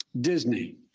Disney